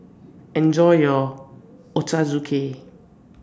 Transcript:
Enjoy your Ochazuke